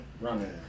running